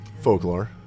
folklore